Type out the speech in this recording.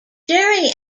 gerry